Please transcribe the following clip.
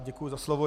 Děkuji za slovo.